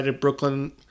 Brooklyn